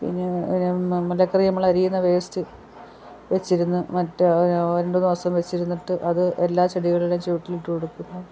പിന്നെ പിന്ന നമ്മുടെ മലക്കറി നമ്മളരിയുന്ന വേസ്റ്റ് വെച്ചിരുന്ന് മറ്റേ രണ്ട് മൂന്ന് ദിവസം വെച്ചിരുന്നിട്ട് അത് എല്ലാ ചെടികൾടേം ചോട്ടിലിട്ട് കൊടുക്കുന്നു